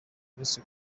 uretse